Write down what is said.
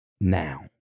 now